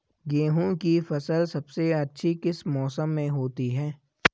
गेंहू की फसल सबसे अच्छी किस मौसम में होती है?